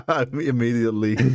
Immediately